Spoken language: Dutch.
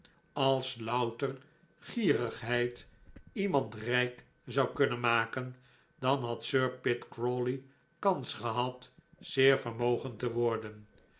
als louter gierigheid iemand rijk zou kunnen maken dan had sir pitt crawley kans gehad zeer vermogend te worden